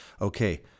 okay